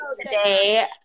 today